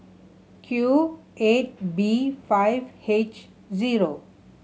Q eight B five H zero